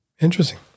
Interesting